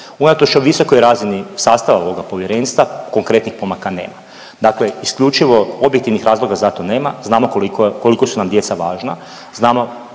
Unatoč visokoj razini sastava ovog povjerenstva, konkretnih pomaka nema. Dakle isključivo objektivnih razloga za to nema, znamo koliko su nam djeca važna, znamo,